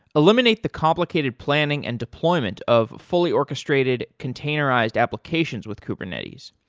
eliminate the complicated planning and deployment of fully orchestrated containerized applications with kubernetes.